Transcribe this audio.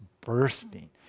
bursting